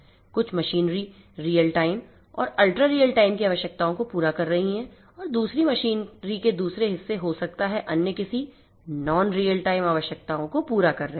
कुछ machinery real time और ultra real time की आवश्यकताओं को पूरा कर रही है और दूसरी मशीनरी के दूसरे हिस्से हो सकता है अन्य किसी नॉन रियल टाइम आवश्यकताओं को पूरा कर रहे हो